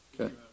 Okay